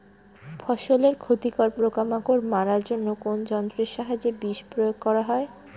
ফসলের ক্ষতিকর পোকামাকড় মারার জন্য কোন যন্ত্রের সাহায্যে বিষ প্রয়োগ করা হয়?